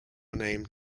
named